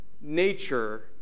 nature